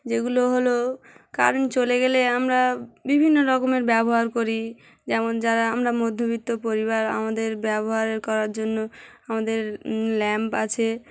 যেগুলো হলো কারেন্ট চলে গেলে আমরা বিভিন্ন রকমের ব্যবহার করি যেমন যারা আমরা মধ্যবিত্ত পরিবার আমাদের ব্যবহার করার জন্য আমাদের ল্যাম্প আছে